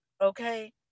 okay